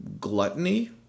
Gluttony